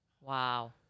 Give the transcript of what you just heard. Wow